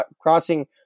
crossing